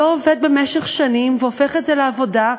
לא עובד במשך שנים והופך את זה לתרבות,